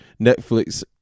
netflix